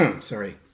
Sorry